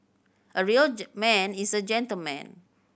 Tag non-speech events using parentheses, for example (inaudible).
a real (unintelligible) man is a gentleman